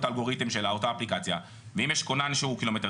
אלגוריתם של אותה אפליקציה ואם יש כונן שהוא ק"מ,